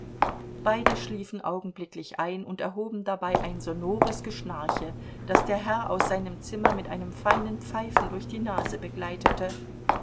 beide schliefen augenblicklich ein und erhoben dabei ein sonores geschnarche das der herr aus seinem zimmer mit einem feinen pfeifen durch die nase begleitete